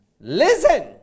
listen